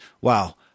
Wow